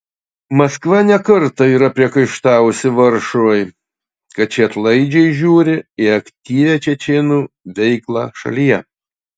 maskva ne kartą yra priekaištavusi varšuvai kad ši atlaidžiai žiūri į aktyvią čečėnų veiklą šalyje